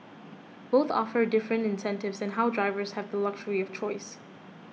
both offer different incentives and now drivers have the luxury of choice